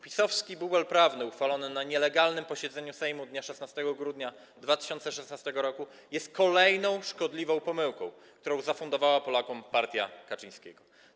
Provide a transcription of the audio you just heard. PiS-owski bubel prawny uchwalony na nielegalnym posiedzeniu Sejmu dnia 16 grudnia 2016 r. jest kolejną szkodliwą pomyłką, którą zafundowała Polakom partia Kaczyńskiego.